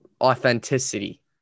authenticity